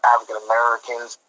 African-Americans